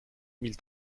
mille